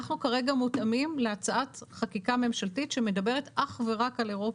אנחנו כרגע מותאמים להצעת חקיקה ממשלתית שמדברת אך ורק על אירופה.